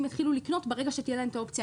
יתחילו לקנות ברגע שתהיה להם האופציה.